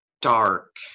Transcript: dark